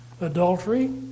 Adultery